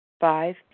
Five